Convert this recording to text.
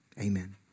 amen